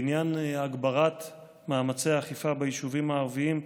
בעניין הגברת מאמצי האכיפה ביישובים הערביים,